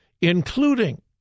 including